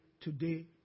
today